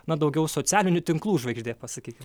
na daugiau socialinių tinklų žvaigždė pasakykim